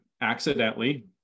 accidentally